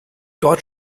dort